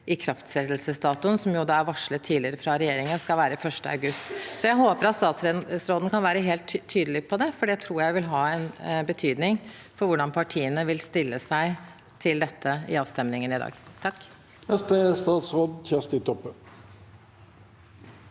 ikrafttredelsesdatoen, som er varslet tidligere fra regjeringen skal være 1. august. Jeg håper at statsråden kan være helt tydelig på det, for det tror jeg vil ha en betydning for hvordan partiene vil stille seg til dette i avstemningen i dag. Statsråd Kjersti Toppe